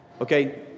Okay